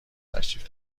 تشریف